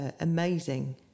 amazing